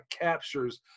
captures